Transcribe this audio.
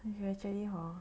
we can actually hor